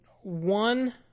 one